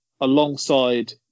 alongside